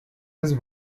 his